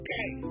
Okay